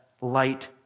light